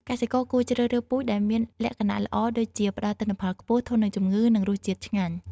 កសិករគួរជ្រើសរើសពូជដែលមានលក្ខណៈល្អដូចជា ផ្ដល់ទិន្នផលខ្ពស់ ធន់នឹងជំងឺ និងរសជាតិឆ្ងាញ់។